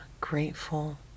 grateful